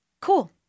cool